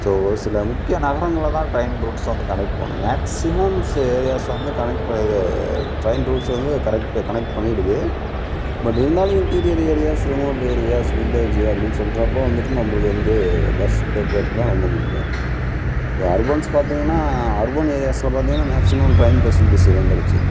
so ஒரு சில முக்கிய நகரங்களை தான் ட்ரெயின் ரூட்ஸை வந்து கனெக்ட் பண்ணும் மேக்ஸிமம்ஸு ஏரியாஸை வந்து கனெக்ட் இது ட்ரெயின் ரூட்ஸை வந்து கரெக்ட் கனெக்ட் பண்ணிடுது பட் இருந்தாலும் interior areas remote areas village அப்படின்னு சொல்கிறப்போ வந்துவிட்டு நம்மளுக்கு வந்து பஸ் போக்குவரத்து தான் ரொம்ப முக்கியம் இப்போ அர்பன்ஸ் பார்த்தீங்கனா அர்பன் ஏரியாஸில் பார்த்தீங்கனா மேக்ஸிமம் ட்ரெயின் பெசிலிட்டிஸ் இருந்துருச்சு